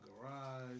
garage